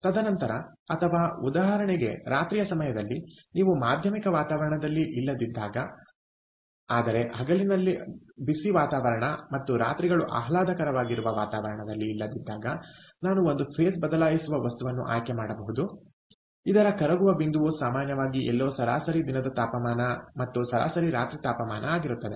ತದನಂತರ ಅಥವಾ ಉದಾಹರಣೆಗೆ ರಾತ್ರಿಯ ಸಮಯದಲ್ಲಿ ನೀವು ಮಾಧ್ಯಮಿಕ ವಾತಾವರಣದಲ್ಲಿ ಇಲ್ಲದಿದ್ದಾಗ ಆದರೆ ಹಗಲುಗಳಲ್ಲಿ ಬಿಸಿ ವಾತಾವರಣ ಮತ್ತು ರಾತ್ರಿಗಳು ಆಹ್ಲಾದಕರವಾಗಿರುವ ವಾತಾವರಣದಲ್ಲಿ ಇಲ್ಲದಿದ್ದಾಗ ನಾನು ಒಂದು ಫೇಸ್ ಬದಲಾಯಿಸುವ ವಸ್ತುವನ್ನು ಆಯ್ಕೆ ಮಾಡಬಹುದು ಇದರ ಕರಗುವ ಬಿಂದುವು ಸಾಮಾನ್ಯವಾಗಿ ಎಲ್ಲೋ ಸರಾಸರಿ ದಿನದ ತಾಪಮಾನ ಮತ್ತು ಸರಾಸರಿ ರಾತ್ರಿ ತಾಪಮಾನ ಆಗಿರುತ್ತದೆ